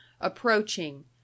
approaching